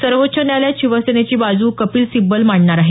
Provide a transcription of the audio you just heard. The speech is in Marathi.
सर्वोच्च न्यायालयात शिवसेनेची बाजू कपिल सिब्बल मांडणार आहेत